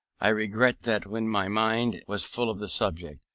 i regret that when my mind was full of the subject,